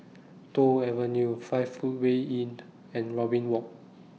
Toh Avenue five Footway Inn and Robin Walk